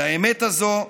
על האמת הזאת,